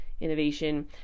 innovation